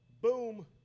boom